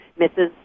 mrs